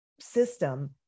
system